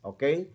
Okay